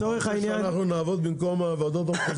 אתה רוצה שאנחנו נעבוד במקום הוועדות המחוזיות?